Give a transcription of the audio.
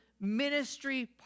ministry